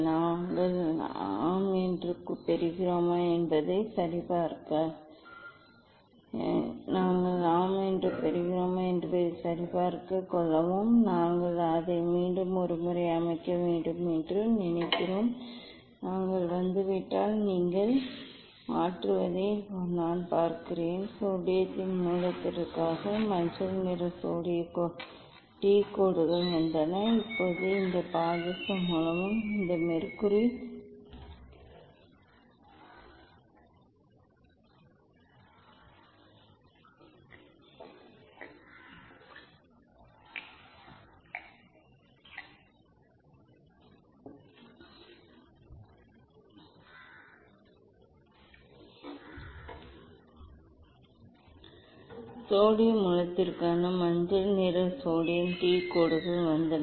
நாங்கள் ஆம் என்று பெறுகிறோமா என்பதை நாங்கள் சரிபார்த்துக் கொள்வோம் நாங்கள் அதை மீண்டும் ஒரு முறை அமைக்க வேண்டும் என்று நினைக்கிறேன் நன்றாக வந்துவிட்டால் நீங்கள் மாற்றுவதை நான் பார்க்கிறேன் சோடியம் மூலத்திற்காக மஞ்சள் நிற சோடியம் டி கோடுகள் வந்தன